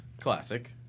classic